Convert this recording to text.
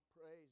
Praise